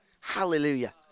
Hallelujah